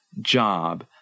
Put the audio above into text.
job